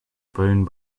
bone